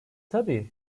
tabii